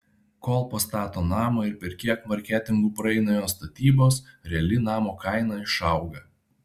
kol pastato namą ir per kiek marketingų praeina jo statybos reali namo kaina išauga